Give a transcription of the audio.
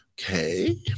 okay